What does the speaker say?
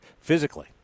physically